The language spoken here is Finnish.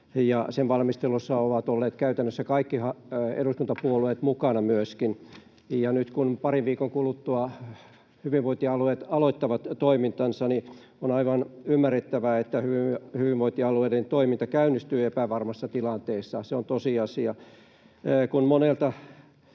sen valmistelussa ovat olleet käytännössä kaikki eduskuntapuolueet mukana. Nyt, kun parin viikon kuluttua hyvinvointialueet aloittavat toimintansa, on aivan ymmärrettävää, että hyvinvointialueiden toiminta käynnistyy epävarmassa tilanteessa. Se on tosiasia,